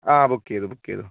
ആ ബുക്ക് ചെയ്തു ബുക്ക് ചെയ്തു